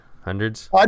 Hundreds